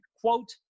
quote